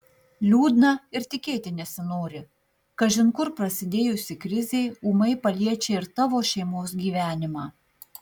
liūdna ir tikėti nesinori kažin kur prasidėjusi krizė ūmai paliečia ir tavo šeimos gyvenimą